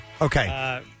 Okay